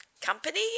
company